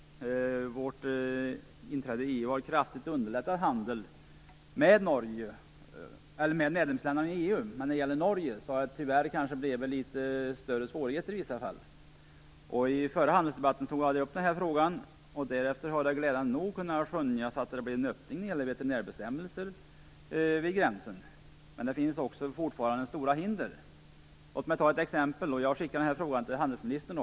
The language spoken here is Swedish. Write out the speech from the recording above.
Vårt inträde i EU har kraftigt underlättat handeln med medlemsländerna i EU, men när det gäller Norge har det tyvärr blivit större svårigheter i vissa fall. I den förra handelsdebatten tog jag upp den här fråga, och därefter har det glädjande nog kunnat skönjas en öppning beträffande veterinärbestämmelser. Men det finns fortfarande stora hinder. Låt mig ta ett exempel, och jag skickar den här frågan till handelsministern.